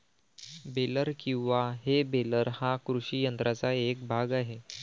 baler किंवा हे baler हा कृषी यंत्राचा एक भाग आहे